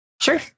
Sure